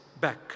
back